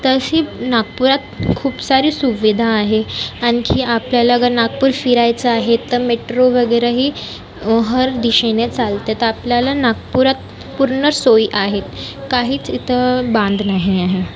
तशी नागपुरात खूप सारी सुविधा आहे आणखी आपल्याला अगर नागपूर फिरायचं आहे तर मेट्रो वगैरे ही हर दिशेने चालते तर आपल्याला नागपुरात पूर्ण सोयी आहेत काहीच इथं बांध नाही आहे